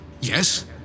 Yes